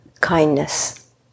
kindness